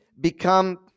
become